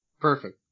Perfect